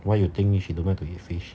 why you think you she don't like to eat fish